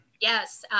Yes